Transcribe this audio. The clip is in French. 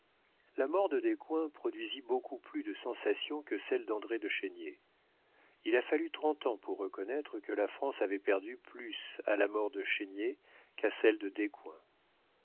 la mort de descoings produisit beaucoup plus de sensation que celle d'andré de chénier il a fallu trente ans pour reconnaître que la france avait perdu plus à la mort de chénier qu'à celle de